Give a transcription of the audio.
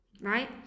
right